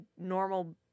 normal